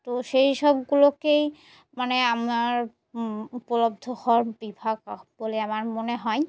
তো সেই সবগুলোকেই মানে আমার উপলব্ধ হওয়ার বিভাগ বলে আমার মনে হয়